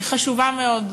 הוא חשוב מאוד.